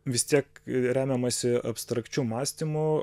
vis tiek remiamasi abstrakčiu mąstymu